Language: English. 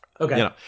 Okay